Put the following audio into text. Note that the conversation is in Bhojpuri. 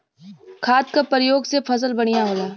खाद क परयोग से फसल बढ़िया होला